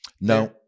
No